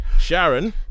Sharon